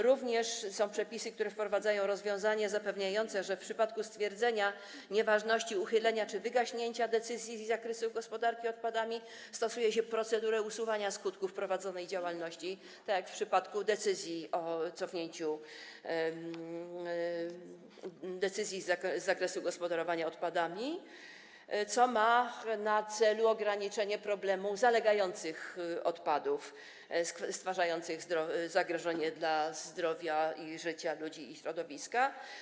Również są przepisy, które wprowadzają rozwiązanie zapewniające, że w przypadku stwierdzenia nieważności uchylenia czy wygaśnięcia decyzji z zakresu gospodarki odpadami stosuje się procedurę usuwania skutków prowadzonej działalności, tak jak w przypadku cofnięcia decyzji z zakresu gospodarowania odpadami, co ma na celu ograniczenie problemu zalegających odpadów stwarzających zagrożenie dla zdrowia i życia ludzi, a także dla środowiska.